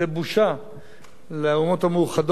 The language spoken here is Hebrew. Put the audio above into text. לאומות המאוחדות שזאת המועצה,